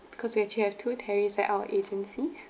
because we actually have two terry's at our agency